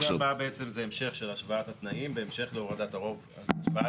הנושא הבא זה בעצם המשך של השוואת התנאים בהמשך להורדת הרוב הדרוש.